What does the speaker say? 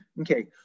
Okay